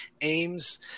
aims